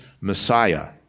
Messiah